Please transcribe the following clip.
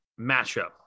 matchup